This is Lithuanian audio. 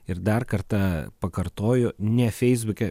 ir dar kartą pakartoju ne feisbuke